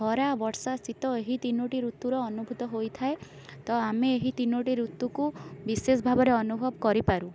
ଖରା ବର୍ଷା ଶୀତ ଏହି ତିନୋଟି ଋତୁର ଅନୁଭୂତ ହୋଇଥାଏ ତ ଆମେ ଏହି ତିନୋଟି ଋତୁକୁ ବେଶେଷ ଭାବରେ ଅନୁଭବ କରିପାରୁ